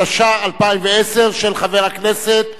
התש"ע 2010, של חבר הכנסת בן-סימון.